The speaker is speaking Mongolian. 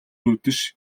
үдэш